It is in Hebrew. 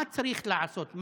מה צריך לעשות?